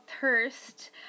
thirst